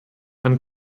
man